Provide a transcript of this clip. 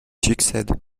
succède